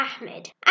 Ahmed